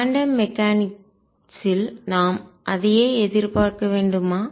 quantum mechanics ல் இயக்கவியலில் நாம் அதையே எதிர்பார்க்க வேண்டுமா